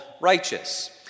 righteous